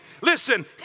Listen